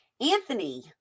Anthony